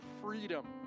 freedom